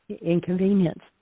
inconvenience